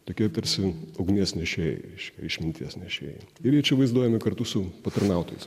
tokie tarsi ugnies nešėjai reiškia išminties nešėjai ir jie čia vaizduojami kartu su patarnautojais